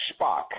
Spock